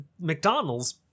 McDonald's